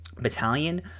Battalion